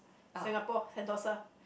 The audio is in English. Singapore Sentosa